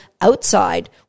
outside